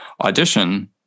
audition